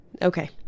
Okay